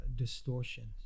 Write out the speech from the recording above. Distortions